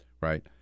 Right